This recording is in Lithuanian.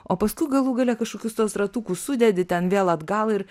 o paskui galų gale kažkokius tuos ratukus sudedi ten vėl atgal ir